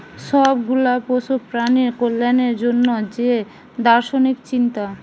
সব গুলা পশু প্রাণীর কল্যাণের জন্যে যে দার্শনিক চিন্তা